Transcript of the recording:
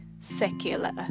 secular